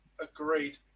Agreed